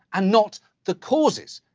and not the causes.